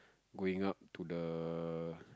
going up to the